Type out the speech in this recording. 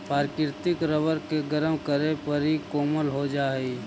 प्राकृतिक रबर के गरम करे पर इ कोमल हो जा हई